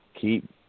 Keep